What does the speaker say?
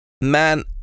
man